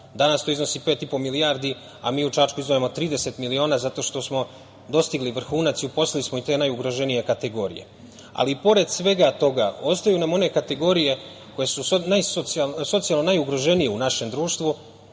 to iznosi pet i po milijardi, a mi u Čačku izdvajamo trideset miliona zato što smo dostigli vrhunac i uposlili smo i te najugroženije kategorije. Ali i pored svega toga, ostaju nam one kategorije koje su sada socijalno najugroženije u našem društvu